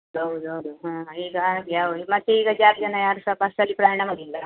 ಹೌದು ಹೌದು ಹಾಂ ಈಗ ಹಾಗೆ ಅವರು ಮತ್ತೆ ಈಗ ಜಾಸ್ತಿ ಜನ ಯಾರು ಸಹ ಬಸ್ಸಲ್ಲಿ ಪ್ರಯಾಣ ಮಾಡಿಲ್ಲ